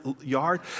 yard